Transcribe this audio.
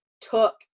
took